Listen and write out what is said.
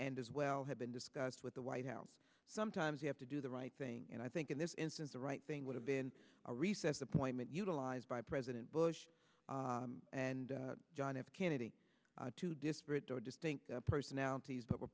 and as well have been discussed with the white house sometimes you have to do the right thing and i think in this instance the right thing would have been a recess appointment utilized by president bush and john f kennedy two disparate or distinct personalities that were